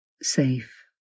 safe